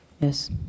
Yes